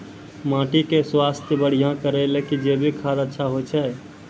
माटी के स्वास्थ्य बढ़िया करै ले जैविक खाद अच्छा होय छै?